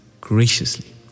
graciously